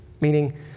Meaning